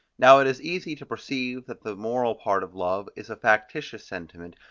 now it is easy to perceive that the moral part of love is a factitious sentiment,